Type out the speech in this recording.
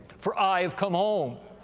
for i have come home